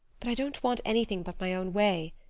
but i don't want anything but my own way.